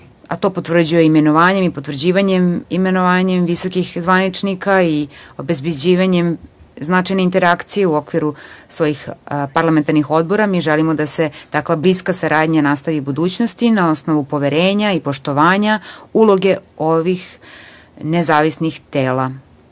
a to potvrđuje imenovanjem visokih zvaničnika i obezbeđivanjem značajne interakcije u okviru svojih parlamentarnih odbora. Mi želimo da se takva bliska saradnja nastavi i u budućnosti na osnovu poverenja i poštovanja uloge ovih nezavisnih tela.